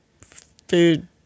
food